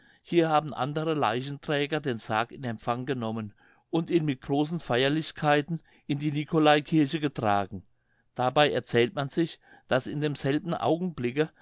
hier haben andere leichenträger den sarg in empfang genommen und ihn mit großen feierlichkeiten in die nicolaikirche getragen dabei erzählt man sich daß in demselben augenblicke